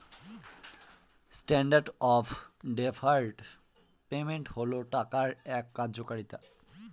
standard of deferred payment হল টাকার এক কার্যকারিতা